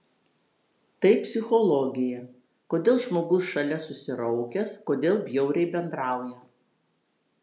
tai psichologija kodėl žmogus šalia susiraukęs kodėl bjauriai bendrauja